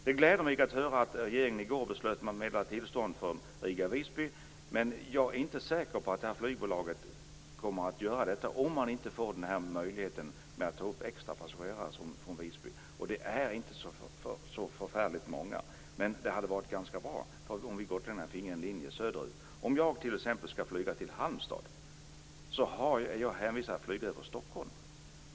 Det gläder mig att höra att regeringen i går beslöt att ge tillstånd till flyget Riga-Visby, men jag är inte säker på att flygbolaget kommer att flyga om man inte får möjligheten att ta upp extra passagerare från Visby. Det handlar inte om så förfärligt många, men det hade varit ganska bra att få en linje söderut. Om jag t.ex. skall flyga till Halmstad är jag hänvisad att flyga över Stockholm.